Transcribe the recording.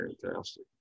fantastic